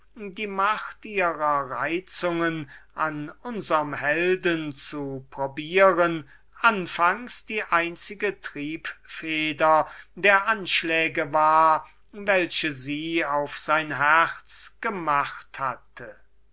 die macht ihrer reizungen an unserm helden zu probieren anfangs die einzige triebfeder der anschläge war welche sie auf sein herz gemacht hatte